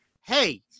hey